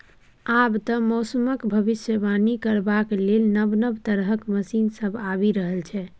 आब तए मौसमक भबिसबाणी करबाक लेल नब नब तरहक मशीन सब आबि रहल छै